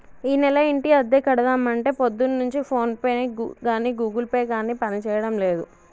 ఈనెల ఇంటి అద్దె కడదామంటే పొద్దున్నుంచి ఫోన్ పే గాని గూగుల్ పే గాని పనిచేయడం లేదు